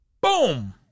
Boom